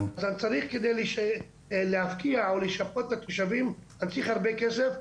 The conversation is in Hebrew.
על מנת להפקיע או לשפות את התושבים אתה צריך הרבה כספים.